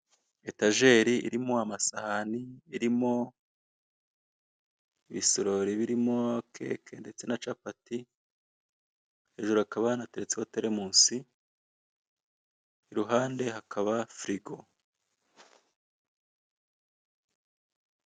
Etajeri irimo amasahani, irimo ibisorori birimo keke ndetse na capati, hajuri hakaba nanateretseho teremusi, i ruhande hakaba firigo.